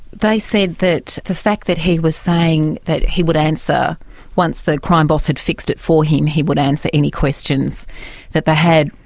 they said that the fact that he was saying that he would answer once the crime boss had fixed it for him he would answer any questions that they had,